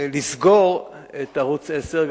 לסגור את ערוץ-10,